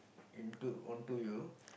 into onto you